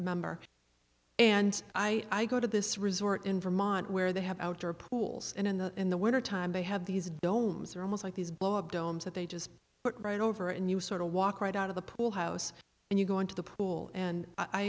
member and i go to this resort in vermont where they have outdoor pools and in the in the winter time they have these domes are almost like these blow up domes that they just put right over and you sort of walk right out of the pool house and you go into the pool and i